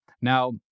Now